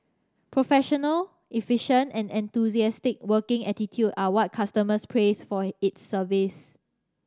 professional efficient and enthusiastic working attitude are what customers praise for its service